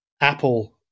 Apple